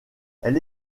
elle